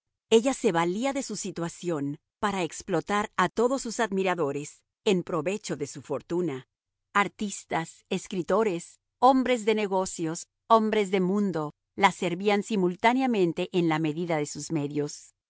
ella se valía de su situación para explotar a todos sus admiradores en provecho de su fortuna artistas escritores hombres de negocios hombres de mundo la servían simultáneamente en la medida de sus medios